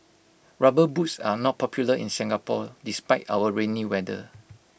rubber boots are not popular in Singapore despite our rainy weather